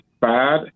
bad